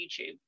YouTube